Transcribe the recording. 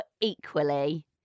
equally